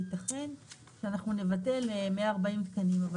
יתכן שנבטל 140 תקנים.